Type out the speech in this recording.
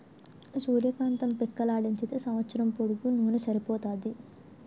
సూర్య కాంతం పిక్కలాడించితే సంవస్సరం పొడుగునూన సరిపోతాది